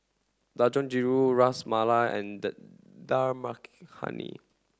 Dangojiru Ras Malai and Dal Makhani